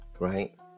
Right